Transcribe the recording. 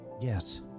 Yes